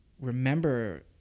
remember